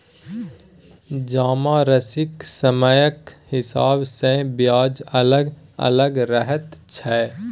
जमाराशिक समयक हिसाब सँ ब्याज अलग अलग रहैत छै